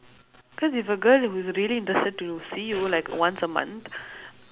cause if a girl who is really interested to see you like once a month